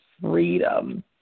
freedom